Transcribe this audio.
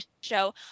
show